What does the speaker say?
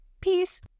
Peace